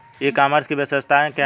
ई commerce की विशेषताएं क्या हैं?